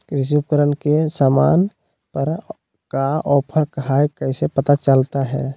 कृषि उपकरण के सामान पर का ऑफर हाय कैसे पता चलता हय?